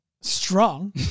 strong